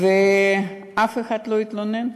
ואף אחד לא התלונן,